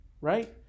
right